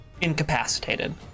incapacitated